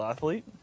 Athlete